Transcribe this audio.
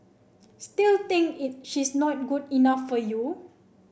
still think it she's not good enough for you